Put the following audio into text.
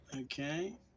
Okay